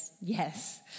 yes